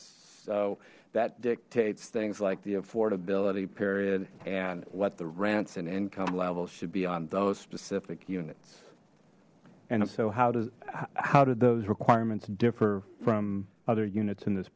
so that dictates things like the affordability period and what the rents and income levels should be on those specific units and so how does how do those requirements differ from other units in this